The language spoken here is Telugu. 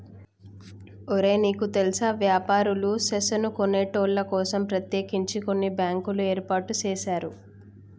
ఒరే నీకు తెల్సా వ్యాపారులు సేసుకొనేటోళ్ల కోసం ప్రత్యేకించి కొన్ని బ్యాంకులు ఏర్పాటు సేసారు